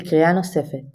לקריאה נוספת